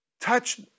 touch